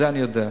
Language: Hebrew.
את זה אני יודע.